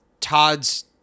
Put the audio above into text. Todd's –